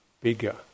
bigger